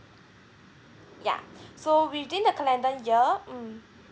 ya so within the calendar year mm